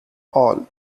all